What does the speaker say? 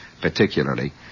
particularly